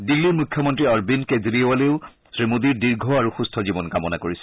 দিল্লীৰ মুখ্যমন্ত্ৰী অৰবিন্দ কেজৰিৱালেও শ্ৰীমোদীৰ দীৰ্ঘ আৰু সুস্থ জীৱন কামনা কৰিছে